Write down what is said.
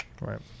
Right